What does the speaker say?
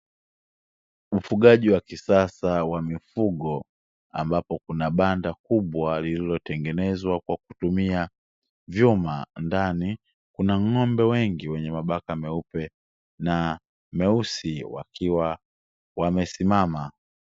Ufugaji wa kisasa wa mifugo, ambapo kuna banda kubwa lililotengenezwa kwa kutumia vyuma, ndani kuna ng’ombe wengi wenye mabaka meupe na meusi wakiwa wamesimama.